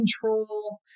control